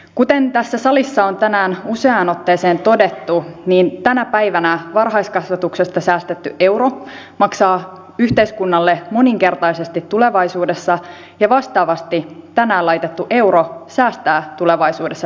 kuten tässä salissa on tänään useaan otteeseen todettu niin tänä päivänä varhaiskasvatuksesta säästetty euro maksaa yhteiskunnalle moninkertaisesti tulevaisuudessa ja vastaavasti tänään laitettu euro säästää tulevaisuudessa paljon